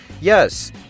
Yes